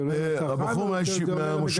זה עולה לצרכן או זה עולה למגדל?